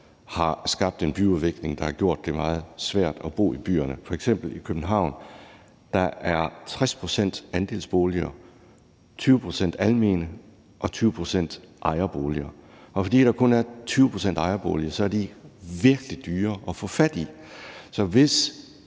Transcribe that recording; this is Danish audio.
har skabt en byudvikling, der har gjort det meget svært at bo i byerne. F.eks. er der i København 60 pct. andelsboliger, 20 pct. almene boliger og 20 pct. ejerboliger, og fordi der kun er 20 pct. ejerboliger, er de virkelig dyre at få fat i. Så hvis